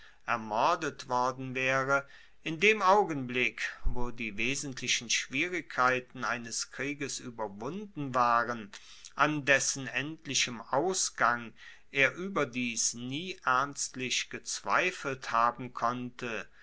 ermordet worden waere in dem augenblick wo die wesentlichen schwierigkeiten eines krieges ueberwunden waren an dessen endlichem ausgang er ueberdies nie ernstlich gezweifelt haben konnte